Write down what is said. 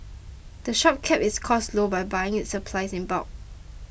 the shop keeps its costs low by buying its supplies in bulk